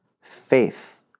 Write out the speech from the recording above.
faith